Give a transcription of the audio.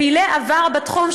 לפעילי עבר בתחום,